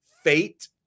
fate